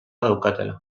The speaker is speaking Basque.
daukatela